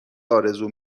آرزو